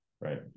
right